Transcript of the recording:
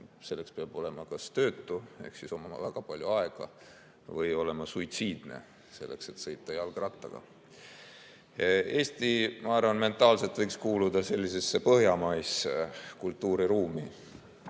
Selleks peab olema kas töötu ehk omama väga palju aega või olema suitsiidne, selleks et sõita jalgrattaga. Eesti, ma arvan, mentaalselt võiks kuuluda sellisesse põhjamaisesse kultuuriruumi